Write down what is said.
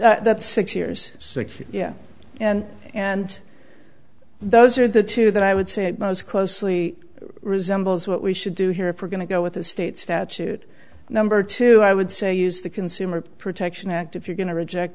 that that's six years six yeah and and those are the two that i would say it most closely resembles what we should do here for going to go with the state statute number two i would say use the consumer protection act if you're going to reject